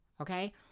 okay